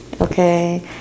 okay